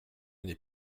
n’est